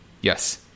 Yes